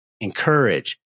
encourage